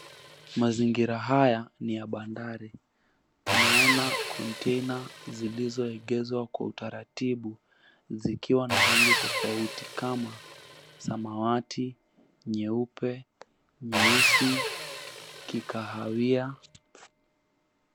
Mazingira haya ni ya bandari. Tunaona container zilizoegezwa kwa utaratibu zikiwa na rangi tofauti kama samawati, nyeupe, nyeusi, kikahawia.